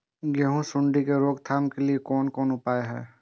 गेहूँ सुंडी के रोकथाम के लिये कोन कोन उपाय हय?